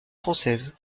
française